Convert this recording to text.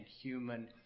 human